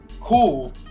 cool